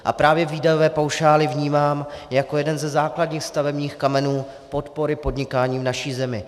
A právě výdajové paušály vnímám jako jeden ze základních stavebních kamenů podpory podnikání v naší zemi.